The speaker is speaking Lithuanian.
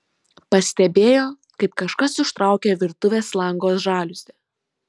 pastebėjo kaip kažkas užtraukė virtuvės lango žaliuzę